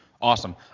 Awesome